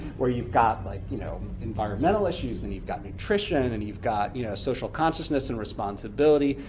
where you've got like you know environmental issues and you've got nutrition and you've got you know social consciousness and responsibility,